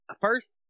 first